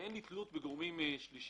לא תהיה לי תלות בגורמים שלישיים.